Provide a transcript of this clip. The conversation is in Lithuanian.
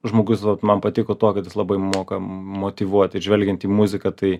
žmogus vat man patiko tuo kad jis labai moka motyvuot ir žvelgiant į muziką tai